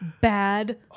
bad